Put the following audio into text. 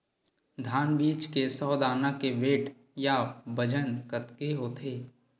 धान बीज के सौ दाना के वेट या बजन कतके होथे?